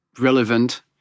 relevant